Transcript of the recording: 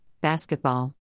basketball